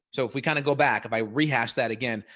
so if we kind of go back if i rehash that again,